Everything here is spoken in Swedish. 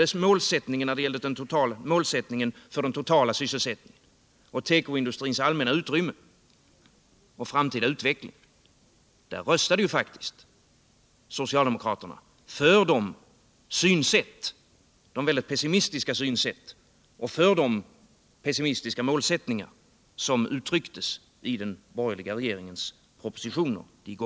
På alla sådana väsentliga punkter som gällde målsättningen för den totala sysselsättningen och tekoindustrins allmänna utrymme och framtida utveckling röstade faktiskt socialdemokraterna för de väldigt pessimistiska synsätt och för de pessimistiska målsättningar som de gångerna uttrycktes i den borgerliga regeringens propositioner.